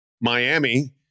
Miami